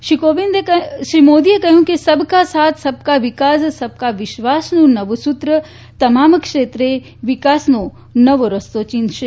શ્રી મોદીએ કહ્યું કે સબકા સાથ સબકા વિકાસ સબકા વિશ્વાસનું નવું સુત્ર તમામ ક્ષેત્રે વિકાસનો નવો રસ્તો ચીંધશે